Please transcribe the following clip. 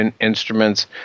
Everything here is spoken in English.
instruments